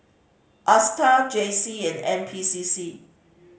Astar J C and N P C C